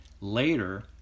Later